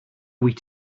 wyt